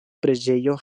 preĝejo